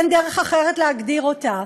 אין דרך אחרת להגדיר אותה.